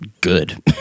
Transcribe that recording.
good